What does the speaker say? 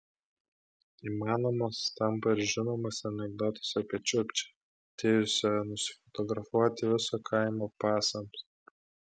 įmanomas tampa ir žinomas anekdotas apie čiukčią atėjusį nusifotografuoti viso kaimo pasams